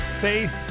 faith